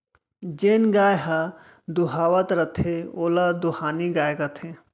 जेन गाय ह दुहावत रथे ओला दुहानी गाय कथें